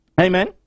Amen